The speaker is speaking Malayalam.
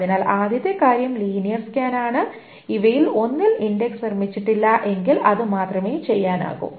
അതിനാൽ ആദ്യത്തെ കാര്യം ലീനിയർ സ്കാൻ ആണ് ഇവയിൽ ഒന്നിൽ ഇൻഡെക്സ് നിർമ്മിച്ചിട്ടില്ലെങ്കിൽ അത് മാത്രമേ ചെയ്യാനാകൂ